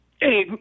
hey